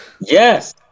Yes